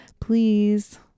please